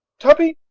tuppy,